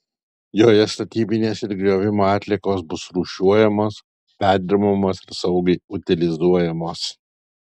joje statybinės ir griovimo atliekos bus rūšiuojamos perdirbamos ir saugiai utilizuojamos